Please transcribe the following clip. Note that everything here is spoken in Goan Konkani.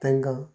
तांकां